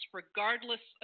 regardless